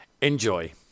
Enjoy